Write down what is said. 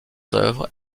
œuvres